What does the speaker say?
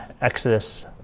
Exodus